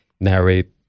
narrate